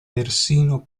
persino